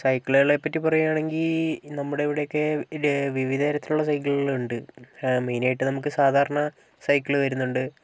സൈക്കിളുകളെപ്പറ്റി പറയുകയാണെങ്കിൽ നമ്മുടെ ഇവിടെയൊക്കെ വിവിധ തരത്തിലുള്ള സൈക്കിളുകൾ ഉണ്ട് മെയിൻ ആയിട്ട് നമുക്ക് സാധാരണ സൈക്കിൾ വരുന്നുണ്ട്